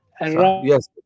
Yes